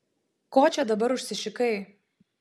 ko čia dabar užsišikai